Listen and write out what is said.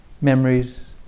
memories